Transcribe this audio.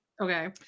Okay